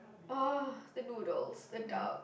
orh the noodles the duck